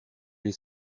les